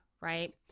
Right